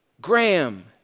Graham